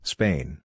Spain